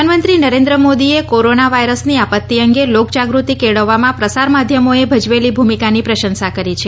પ્રધાનમંત્રી નરેન્દ્ર મોદીએ કોરોના વાયરસની આપત્તિ અંગે લોક જાગૃતિ કેળવવામાં પ્રસાર માધ્યમોએ ભજવેલી ભૂમિકાની પ્રશંસા કરી છે